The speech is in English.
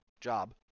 job